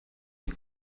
les